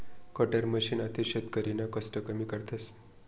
cutter machine आते शेतकरीना कष्ट कमी करस